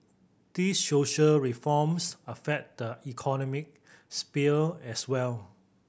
these social reforms affect the economic sphere as well